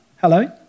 Hello